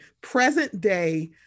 present-day